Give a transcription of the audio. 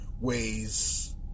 ways